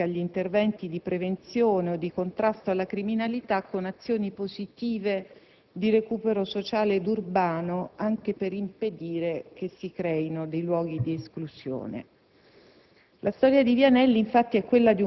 richiedono una risposta che unisca gli interventi di prevenzione e di contrasto alla criminalità con azioni positive di recupero sociale ed urbano, anche per impedire che si creino dei luoghi di esclusione.